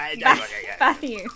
Matthew